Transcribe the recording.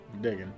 Digging